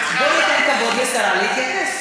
אז השרה כבר כאן, בואו ניתן כבוד לשרה להתייחס.